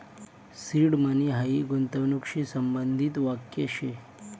seed money हायी गूंतवणूकशी संबंधित वाक्य शे